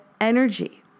energy